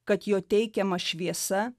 kad jo teikiama šviesa